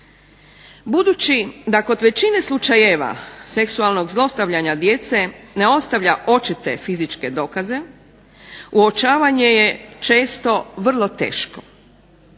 Budući da kod većine slučajeva seksualnog zlostavljanja djece ne ostavlja očite fizičke dokaze uočavanje je često vrlo teško.